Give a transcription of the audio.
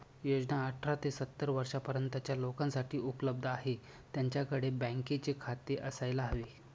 योजना अठरा ते सत्तर वर्षा पर्यंतच्या लोकांसाठी उपलब्ध आहे, त्यांच्याकडे बँकेचे खाते असायला हवे